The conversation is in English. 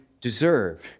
deserve